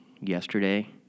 yesterday